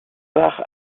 barre